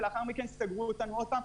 ולאחר מכן סגרו אותנו עוד פעם.